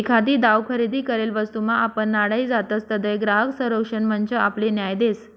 एखादी दाव खरेदी करेल वस्तूमा आपण नाडाई जातसं तधय ग्राहक संरक्षण मंच आपले न्याय देस